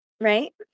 Right